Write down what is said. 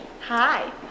Hi